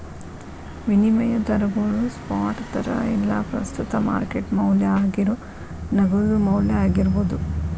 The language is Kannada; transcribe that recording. ವಿನಿಮಯ ದರಗೋಳು ಸ್ಪಾಟ್ ದರಾ ಇಲ್ಲಾ ಪ್ರಸ್ತುತ ಮಾರ್ಕೆಟ್ ಮೌಲ್ಯ ಆಗೇರೋ ನಗದು ಮೌಲ್ಯ ಆಗಿರ್ಬೋದು